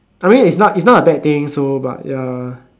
I mean it's not it's not a bad thing so but ya